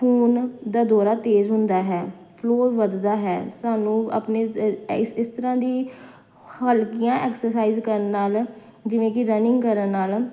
ਖੂਨ ਦਾ ਦੌਰਾ ਤੇਜ਼ ਹੁੰਦਾ ਹੈ ਫਲੋਅ ਵੱਧਦਾ ਹੈ ਸਾਨੂੰ ਆਪਣੇ ਇਸ ਤਰ੍ਹਾਂ ਦੀ ਹਲਕੀਆਂ ਐਕਸਰਸਾਈਜ਼ ਕਰਨ ਨਾਲ ਜਿਵੇਂ ਕਿ ਰਨਿੰਗ ਕਰਨ ਨਾਲ